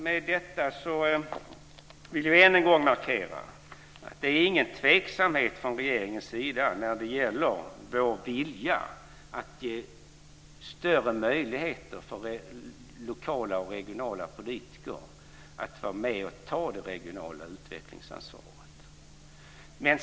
Med detta vill jag än en gång markera att det inte råder någon tveksamhet från regeringens sida när det gäller vår vilja att ge större möjligheter för lokala och regionala politiker att vara med och ta det regionala utvecklingsansvaret.